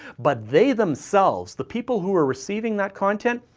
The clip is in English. but they themselves, the people who are receiving that content,